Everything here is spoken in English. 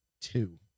Two